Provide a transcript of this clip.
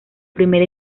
primera